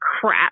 crap